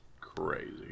crazy